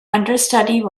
understudy